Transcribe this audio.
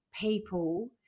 people